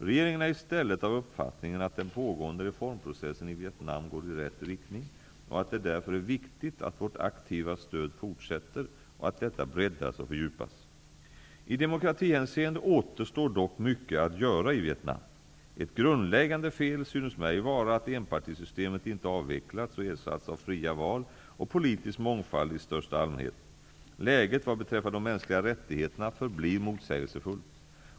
Regeringen är i stället av uppfattningen att den pågående reformprocessen i Vietnam går i rätt riktning och att det därför är viktigt att vårt aktiva stöd fortsätter och att detta breddas och fördjupas. I demokratihänseende återstår dock mycket att göra i Vietnam. Ett grundläggande fel synes mig vara att enpartisystemet inte avvecklats och ersatts av fria val och politisk mångfald i största allmänhet. Läget vad beträffar de mänskliga rättigheterna förblir motsägelsefullt.